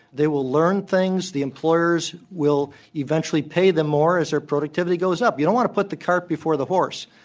they will learn things. the employers will eventually pay them more as their productivity goes up. you don't want to put the cart before the horse.